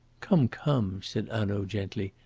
come, come! said hanaud gently,